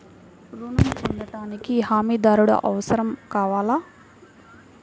ఋణం పొందటానికి హమీదారుడు అవసరం కావాలా?